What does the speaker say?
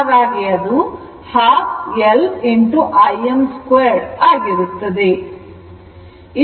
ಹಾಗಾಗಿ ಅದು half L Im 2 ಆಗಿರುತ್ತದೆ